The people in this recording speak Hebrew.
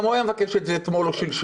גם הוא היה מבקש את זה אתמול או שלשום.